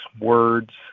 words